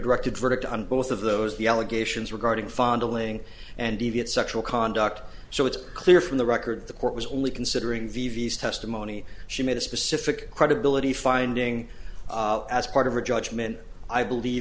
directed verdict on both of those the allegations regarding fondling and deviant sexual conduct so it's clear from the record the court was only considering v vs testimony she made a specific credibility finding as part of her judgment i believe